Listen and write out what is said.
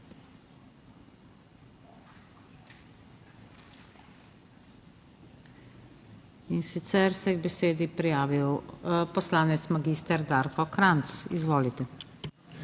In sicer se je k besedi prijavil poslanec magister Darko Krajnc, izvolite.